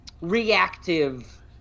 reactive